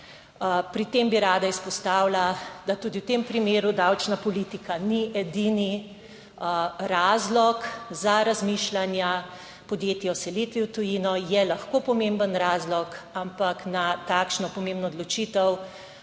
Pri tem bi rada izpostavila, da tudi v tem primeru davčna politika ni edini razlog za razmišljanja podjetij o selitvi v tujino, je lahko pomemben razlog, ampak na takšno pomembno odločitev